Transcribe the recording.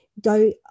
go